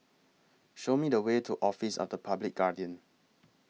Show Me The Way to Office of The Public Guardian